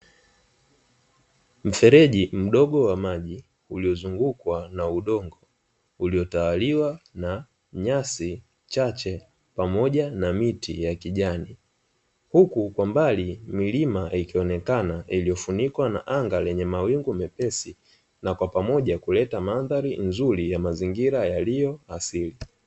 Mfereji mdogo wa maji uliozungukwa na udongo uliotawaliwa na nyasi chache pamoja na miti ya kijani, huku kwa mbali milima ikionekana iliyofunikwa na anga lenye mawingu myepesi na kwa pamoja huleta mandhari nzuri ya mazingira yaliyo asili.